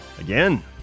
again